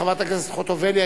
חברת הכנסת חוטובלי,